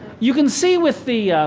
you can see with the